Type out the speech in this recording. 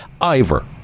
Ivor